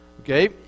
okay